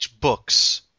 books